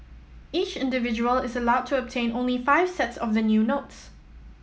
each individual is allowed to obtain only five sets of the new notes